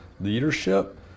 leadership